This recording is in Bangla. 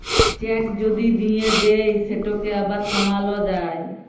চ্যাক যদি দিঁয়ে দেই সেটকে আবার থামাল যায়